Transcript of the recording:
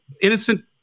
innocent